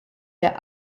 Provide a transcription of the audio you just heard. der